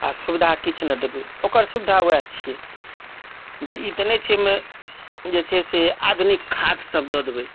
आ सुविधा किछ नहि देबै तऽओकर सुविधा उएह छियै जे ई तऽ नहि छै एहिमे जे छै से आधुनिक खादसभ दऽ देबै